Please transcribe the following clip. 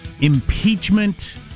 impeachment